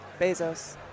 Bezos